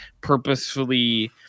purposefully